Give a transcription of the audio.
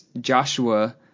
Joshua